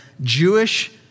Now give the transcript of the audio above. Jewish